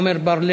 חיליק בר,